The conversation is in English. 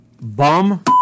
bum